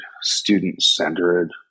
student-centered